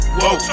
Whoa